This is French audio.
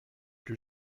plus